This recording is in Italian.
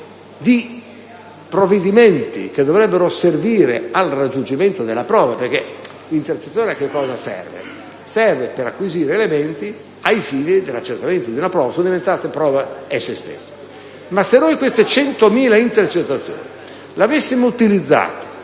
di provvedimenti che dovrebbero servire al raggiungimento della prova. Le intercettazioni, infatti, servono per acquisire elementi ai fini dell'accertamento di una prova. Invece, sono diventate prove esse stesse. Ma se invece queste 100.000 intercettazioni le avessimo utilizzate